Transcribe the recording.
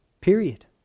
period